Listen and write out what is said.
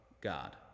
God